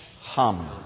HUM